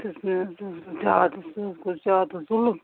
ہتہٕ حظ نہَ حظ زیادٕ سُہ حظ گوٚو زیادٕ ظُلُم